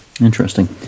Interesting